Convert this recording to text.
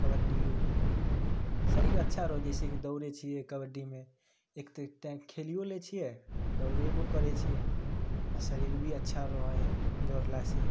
कबड्डिओमे शरीर अच्छा रहै हइ जइसेकि दौड़ै छिए कबड्डीमे एक तऽ खेलिओ लै छिए दौड़बो करै छै आओर शरीर भी अच्छा रहै हइ दौड़लासे